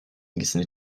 ilgisini